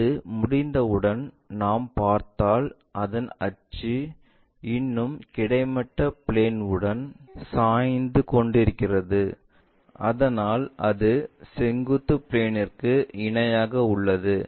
அது முடிந்தவுடன் நாம் பார்த்தால் அதன் அச்சு இன்னும் கிடைமட்ட பிளேன்உடன் சாய்ந்து கொண்டிருக்கிறது ஆனால் அது செங்குத்து பிளேன்ற்கு இணையாக உள்ளது